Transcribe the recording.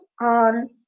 on